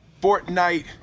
Fortnite